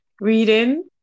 reading